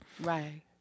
Right